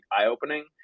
eye-opening